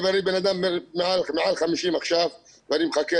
אני בן אדם מעל 50 עכשיו ואני מחכה,